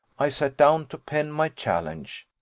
i sat down to pen my challenge.